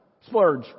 Splurge